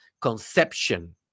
conception